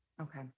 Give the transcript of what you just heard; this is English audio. okay